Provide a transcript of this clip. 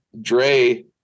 Dre